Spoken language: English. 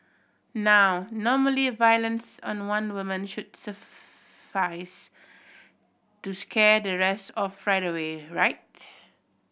now normally violence on one woman should suffice to scare the rest off right away right